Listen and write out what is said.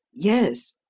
yes.